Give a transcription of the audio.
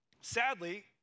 sadly